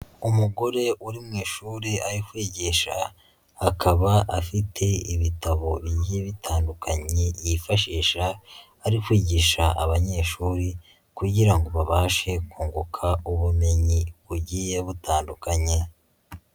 Umugore uri mu ishuri ari kwigisha, akaba afite ibitabo bigiye bitandukanye yifashisha ari kwigisha abanyeshuri kugira ngo babashe kunguka ubumenyi bugiye butandukanye.